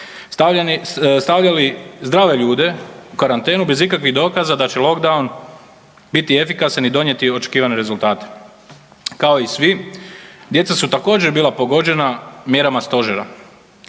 stavljali zdrave ljude u karantenu bez ikakvih dokaza da će lockdown biti efikasan i donijeti očekivane rezultate. Kao i svi djeca su također bila pogođena mjerama stožera.